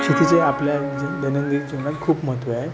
शेतीचे आपल्या जी दैनंदिन जीवनात खूप महत्व आहे